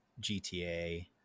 gta